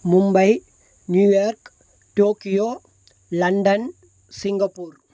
Mumbai New York Tokyo London Singapore